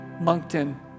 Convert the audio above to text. Moncton